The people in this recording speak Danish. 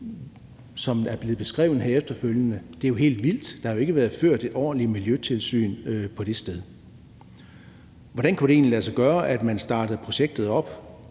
som er blevet beskrevet her efterfølgende, er jo helt vildt. Der har jo ikke været ført en ordentlig miljøtilsyn på det sted. Hvordan kunne det egentlig lade sig gøre, at man startede projektet op,